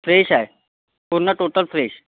fresh आहे पूर्ण total fresh